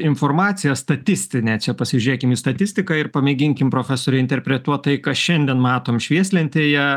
informacija statistinė čia pasižiūrėkim į statistiką ir pamėginkim profesore interpretuot tai ką šiandien matom švieslentėje